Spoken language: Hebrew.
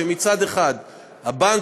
שהבנק,